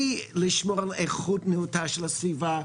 היא לשמור על איכות נאותה של הסביבה,